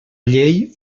llei